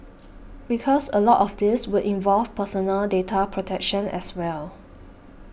because a lot of this would involve personal data protection as well